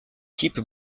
type